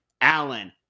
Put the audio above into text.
Allen